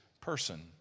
person